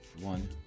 One